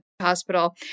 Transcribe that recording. hospital